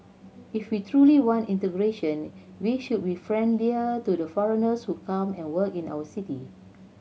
if we truly want integration we should be friendlier to the foreigners who come and work in our city